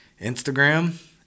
Instagram